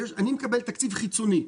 אני מקבל תקציב חיצוני.